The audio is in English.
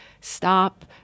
stop